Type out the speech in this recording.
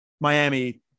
Miami